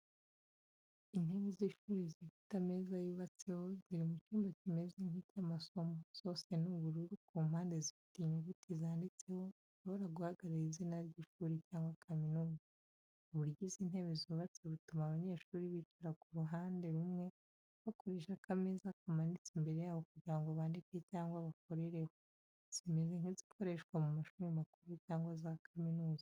Intebe z’ishuri zifite ameza yubatseho, ziri mu cyumba kimeze nk’icy’amasomo. Zose ni ubururu, ku mpande zifite inyuguti zanditseho, bishobora guhagararira izina ry’ishuri cyangwa kaminuza. Uburyo izi ntebe zubatse butuma abanyeshuri bicara ku ruhande rumwe, bakoresha akameza kamanitse imbere yabo kugira ngo bandike cyangwa bakorereho. Zimeze nk’izikoreshwa mu mashuri makuru cyangwa za kaminuza.